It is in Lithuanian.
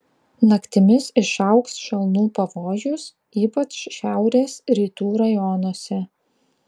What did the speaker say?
naktimis išaugs šalnų pavojus ypač šiaurės rytų rajonuose